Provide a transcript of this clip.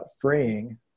freeing